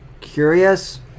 curious